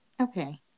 Okay